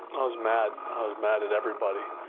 i was mad. i was mad at everybody.